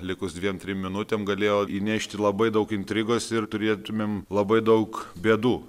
likus dviem trim minutėm galėjo įnešti labai daug intrigos ir turėtumėm labai daug bėdų